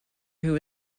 who